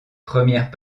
premières